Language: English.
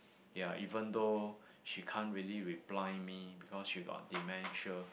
ya even though she can't really reply me because she got dementia